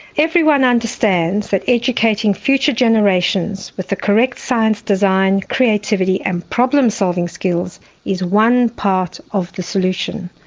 everyone understands that educating future generations with the correct science design, creativity and problem-solving skills is one part of the solution.